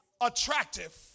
attractive